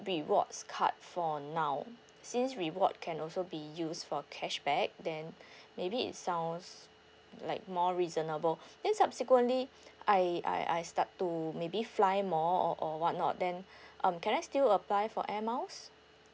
rewards card for now since reward can also be used for cashback then maybe it sounds like more reasonable then subsequently I I I start to maybe fly more or or what not then um can I still apply for air miles